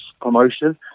promotion